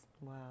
Wow